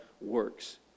works